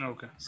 Okay